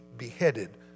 beheaded